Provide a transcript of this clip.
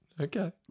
Okay